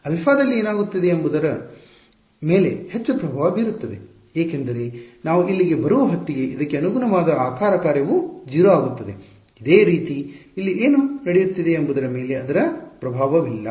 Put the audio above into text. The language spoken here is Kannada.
ಆಲ್ಫಾ ದಲ್ಲಿ ಏನಾಗುತ್ತಿದೆ ಎಂಬುದು ಇದರ ಮೇಲೆ ಹೆಚ್ಚು ಪ್ರಭಾವ ಬೀರುತ್ತದೆ ಏಕೆಂದರೆ ನೀವು ಇಲ್ಲಿಗೆ ಬರುವ ಹೊತ್ತಿಗೆ ಇದಕ್ಕೆ ಅನುಗುಣವಾದ ಆಕಾರ ಕಾರ್ಯವು 0 ಆಗುತ್ತದೆ ಅದೇ ರೀತಿ ಇಲ್ಲಿ ಏನು ನಡೆಯುತ್ತಿದೆ ಎಂಬುದರ ಮೇಲೆ ಇದರ ಪ್ರಭಾವವಿಲ್ಲ